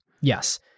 Yes